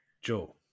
Joe